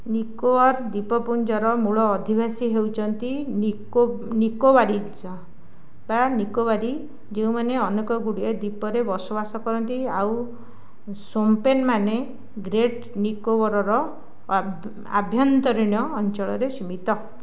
ନିକୋବର ଦ୍ୱୀପପୁଞ୍ଜର ମୂଳ ଅଧିବାସୀ ହେଉଛନ୍ତି ନିକୋବାରୀଜ ବା ନିକୋବାରୀ ଯେଉଁମାନେ ଅନେକ ଗୁଡ଼ିଏ ଦ୍ୱୀପରେ ବସବାସ କରନ୍ତି ଆଉ ସୋମ୍ପେନ୍ ମାନେ ଗ୍ରେଟ୍ ନିକୋବରର ଆଭ୍ୟନ୍ତରୀଣ ଅଞ୍ଚଳରେ ସୀମିତ